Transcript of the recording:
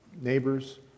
neighbors